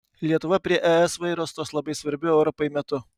lietuva prie es vairo stos labai svarbiu europai metu